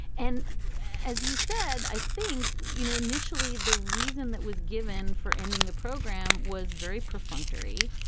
and as you said, i think, you know, initially the reason that was given for ending the program was very perfunctory.